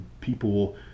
people